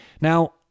Now